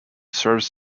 serves